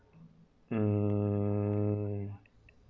mm